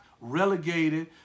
relegated